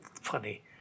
funny